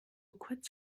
kurz